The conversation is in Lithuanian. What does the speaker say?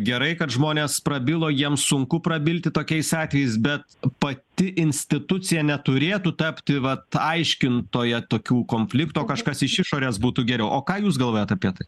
gerai kad žmonės prabilo jiems sunku prabilti tokiais atvejais bet pati institucija neturėtų tapti vat aiškintoja tokių konfliktų kažkas iš išorės būtų geriau o ką jūs galvojat apie tai